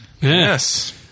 Yes